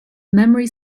memory